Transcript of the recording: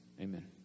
Amen